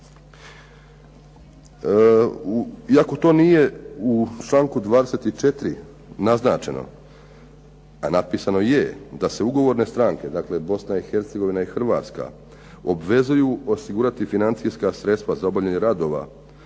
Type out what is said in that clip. Iako to nije u članku 24. naznačeno, a napisano je, da se ugovorne stranke dakle postoje Hercegovina i Hrvatska, obvezuju osigurati financijska sredstva za obavljanje radova,